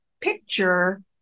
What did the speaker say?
picture